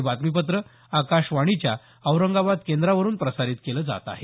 हे बातमीपत्र आकाशवाणीच्या औरंगाबाद केंद्रावरून प्रसारित केलं जात आहे